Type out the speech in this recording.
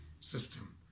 system